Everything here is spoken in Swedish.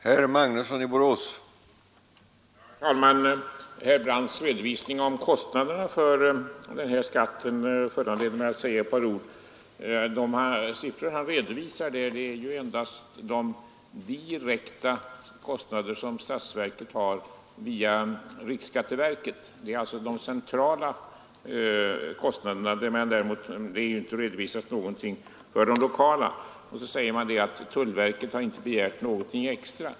Herr talman! Herr Brandts redovisning av kostnaderna för denna reklamskatt föranleder mig att säga ett par ord. De siffror han redovisar är ju endast de direkta kostnader som statsverket har via riksskatteverket, dvs. de centrala kostnaderna, medan de lokala kostnaderna inte redovisas. Så säger man att tullverket inte har begärt någonting extra.